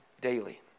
daily